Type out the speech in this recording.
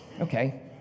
Okay